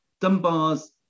Dunbar's